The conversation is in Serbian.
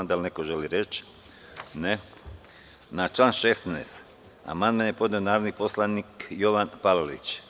Da li neko želi reč? (Ne) Na član 16. amandman je podneo narodni poslanik Jovan Palalić.